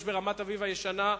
יש ברמת-אביב הישנה,